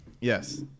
yes